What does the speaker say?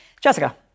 Jessica